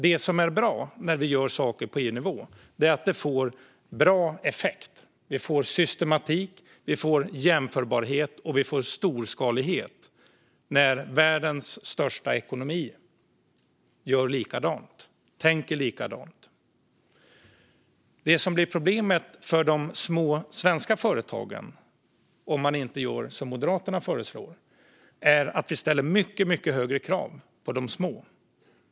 Det som är bra när vi gör saker på EU-nivå är att det får bra effekt. Vi får systematik, vi får jämförbarhet och vi får storskalighet när världens största ekonomi gör och tänker likadant. Det som blir problemet för de små svenska företagen, om man inte gör som Moderaterna föreslår, är att vi ställer mycket högre krav på dem.